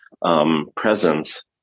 presence